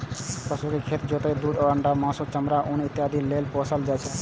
पशु कें खेत जोतय, दूध, अंडा, मासु, चमड़ा, ऊन इत्यादि लेल पोसल जाइ छै